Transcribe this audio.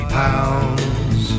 pounds